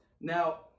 Now